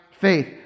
faith